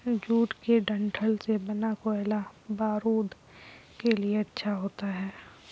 jute के डंठल से बना कोयला बारूद के लिए अच्छा होता है